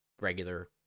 regular